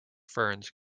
ferns